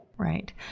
Right